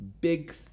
big